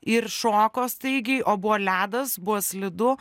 ir šoko staigiai o buvo ledas buvo slidu